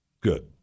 Good